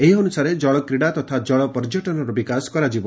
ଏହି ଅନୁସାରେ ଜଳକ୍ରୀଡ଼ା ତଥା ଜଳ ପର୍ଯ୍ୟଟନର ବିକାଶ କରାଯିବ